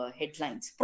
headlines